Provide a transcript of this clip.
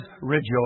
rejoice